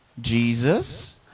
jesus